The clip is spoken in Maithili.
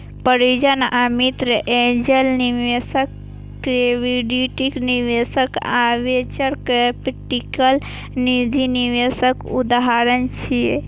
परिजन या मित्र, एंजेल निवेशक, इक्विटी निवेशक आ वेंचर कैपिटल निजी निवेशक उदाहरण छियै